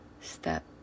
step